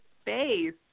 space